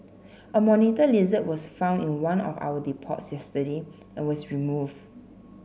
a monitor lizard was found in one of our depots yesterday and was removed